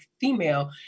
female